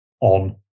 on